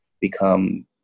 become